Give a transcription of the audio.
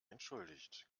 entschuldigt